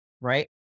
Right